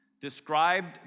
described